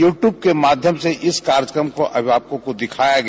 YouTube के माध्यम से इस कार्यक्रम को अभिभावकों को दिखाया गया